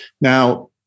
Now